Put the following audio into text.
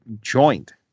joint